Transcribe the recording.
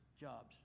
jobs